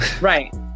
right